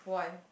why